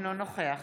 אינו נוכח